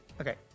Okay